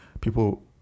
people